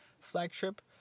flagship